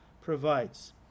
provides